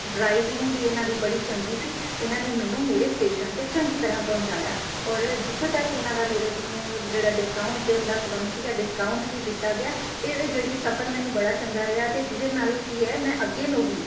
driving ਵੀ ਇਹਨਾਂ ਦੀ ਬੜੀ ਚੰਗੀ ਸੀ ਇਹਨਾਂ ਨੇ ਮੈਨੂੰ ਮੇਰੇ ਸਟੇਸ਼ਨ 'ਤੇ ਚੰਗੀ ਤਰ੍ਹਾਂ ਪਹੁੰਚਾਇਆ ਔਰ ਜਿੱਥੋਂ ਤੱਕ ਇਹਨਾਂ ਦਾ ਮੈਨੂੰ ਜਿਹੜਾ ਡਿਸਕਾਊਂਟ ਦੇਣ ਦਾ ਸੰਬੰਧ ਸੀਗਾ ਡਿਸਕਾਊਂਟ ਵੀ ਦਿੱਤਾ ਗਿਆ ਇਹ ਜਿਹੜੀ ਸਫ਼ਰ ਮੈਨੂੰ ਬੜਾ ਚੰਗਾ ਰਿਹਾ ਅਤੇ ਜਿਹਦੇ ਨਾਲ ਕੀ ਹੈ ਮੈਂ ਅੱਗੇ ਨੂੰ ਵੀ